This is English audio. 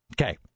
Okay